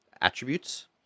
attributes